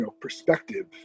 perspective